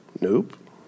Nope